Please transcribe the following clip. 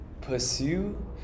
pursue